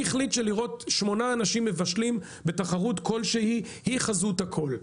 שמונה אנשים מבשלים בתחרות כלשהי היא חזות הכול?